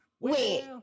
Wait